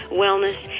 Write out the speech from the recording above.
wellness